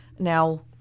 Now